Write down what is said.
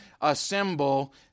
assemble